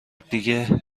دیگه